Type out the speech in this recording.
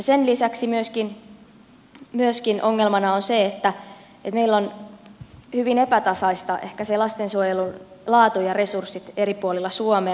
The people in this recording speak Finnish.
sen lisäksi ongelmana on myöskin se että meillä on ehkä hyvin epätasaista se lastensuojelun laatu ja resurssit eri puolilla suomea